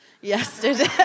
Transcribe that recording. yesterday